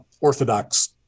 Orthodox